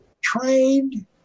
trained